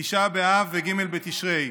ט' באב וג' בתשרי: